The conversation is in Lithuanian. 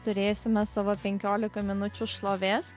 turėsime savo penkiolika minučių šlovės